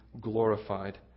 glorified